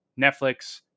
Netflix